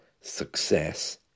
success